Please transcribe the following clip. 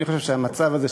אני חושב שהמצב הזה,